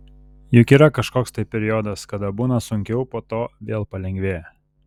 juk yra kažkoks tai periodas kada būna sunkiau po to vėl palengvėja